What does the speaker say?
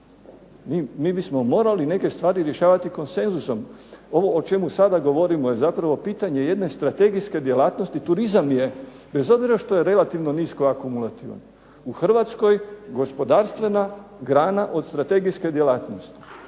Mi bismo morali neka stvari rješavati konsenzusom. Ovo o čemu sada govorimo je zapravo pitanje jedne strategijske djelatnosti. Turizam je bez obzira što je relativno nisko akumulativna, u Hrvatskoj gospodarstvena grana od strategijske djelatnosti,